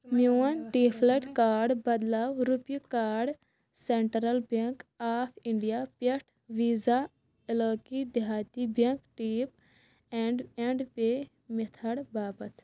میون default card بدلاو RuPay card central bank of India پٮ۪ٹھ وِزا عِلٲقی دِہاتی bank tap and and pay میتھٲڑ باپتھ